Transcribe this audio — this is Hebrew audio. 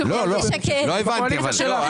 --- זה יכול להיות.